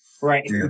Right